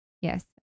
Yes